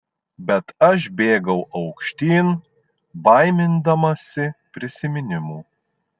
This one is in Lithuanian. bet aš bėgau aukštyn baimindamasi prisiminimų